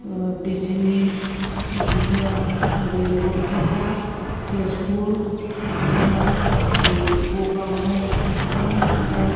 बिजिनि बिदिनो ओरै बरपेटा तेजपुर बिदिनो ओरै गगामुख बिदिनो माने